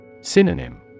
Synonym